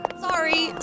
Sorry